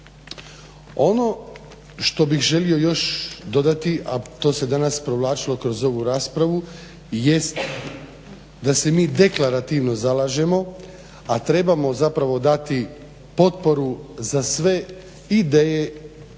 Ono što bih želio još dodati, a to se danas provlačilo kroz ovu raspravu jest da se mi deklarativno zalažemo, a trebamo zapravo dati potporu za sve ideje